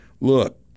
look